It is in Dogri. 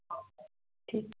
ठीक